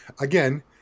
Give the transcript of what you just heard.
Again